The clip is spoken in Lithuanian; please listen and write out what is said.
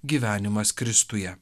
gyvenimas kristuje